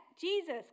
Jesus